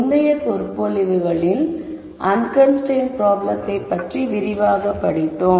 முந்தைய சொற்பொழிவுகளில் அன்கன்ஸ்டரைன்ட் பிராப்ளத்தை பற்றி விரிவாகப் படித்தோம்